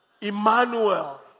Emmanuel